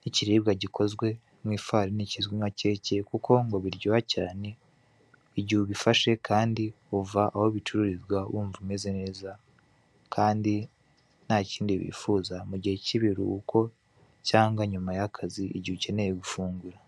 n'ikiribwa gikozwe mu ifarini kizwi nka keke kuko ngo biryoha cyane, igihe ubifashe kandi uva aho bicururizwa wumva umeze neza kandi nta kindi wifuza mu gihe cyi'biruhuko cyangwa nyuma y'akazi igihe ukeneye gufungura.